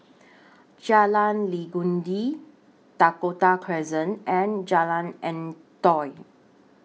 Jalan Legundi Dakota Crescent and Jalan Antoi